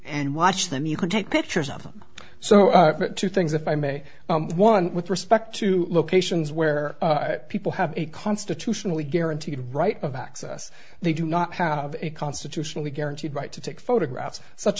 and watch them you can take pictures of them so that two things if i may one with respect to locations where people have a constitutionally guaranteed right of access they do not have a constitutionally guaranteed right to take photographs such